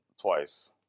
twice